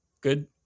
good